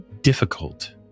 difficult